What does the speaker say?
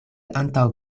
antaŭ